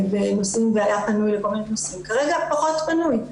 והיה פנוי לכל מיני נושאים כרגע פחות פנוי.